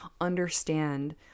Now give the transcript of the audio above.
understand